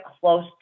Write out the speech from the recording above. close